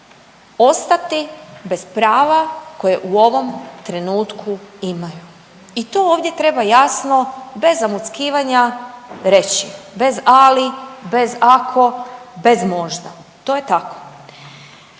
ostati bez prava koje u ovom trenutku imaju i to ovdje treba jasno bez zamuckivanja reći, bez „ali“, bez „ako“, bez „možda“, to je tako.